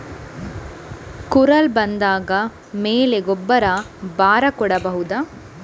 ಕುರಲ್ ಬಂದಾದ ಮೇಲೆ ಗೊಬ್ಬರ ಬರ ಕೊಡಬಹುದ?